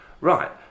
Right